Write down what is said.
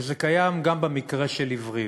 וזה קיים גם במקרה של עיוורים.